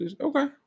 Okay